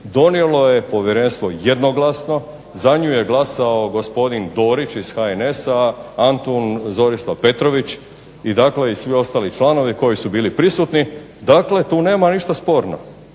donijelo je povjerenstvo jednoglasno, za nju je glasao gospodin Dorić iz HNS-a, Antun Zorislav Petrović, i dakle i svi ostali članovi koji su bili prisutni, dakle tu nema ništa sporno,